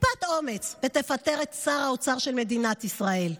טיפת אומץ פה ותפטר את שר האוצר של מדינת ישראל.